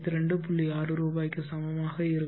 6 ரூபாய்க்கு சமமாக இருக்கும்